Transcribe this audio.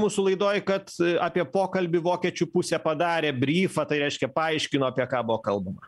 mūsų laidoj kad apie pokalbį vokiečių pusė padarė bryfą tai reiškia paaiškino apie ką buvo kalbama